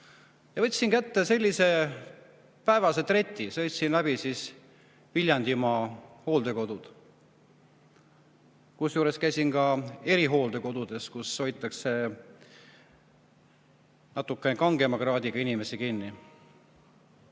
Võtsin ette päevase treti ja sõitsin läbi Viljandimaa hooldekodud. Kusjuures käisin ka erihooldekodudes, kus hoitakse natukene kangema kraadiga inimesi kinni.